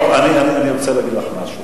לא, אני רוצה להגיד לך משהו.